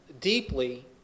deeply